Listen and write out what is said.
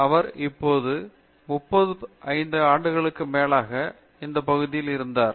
அவர் இப்போது 35 ஆண்டுகளுக்கும் மேலாக இந்த பகுதியில் இருந்தார்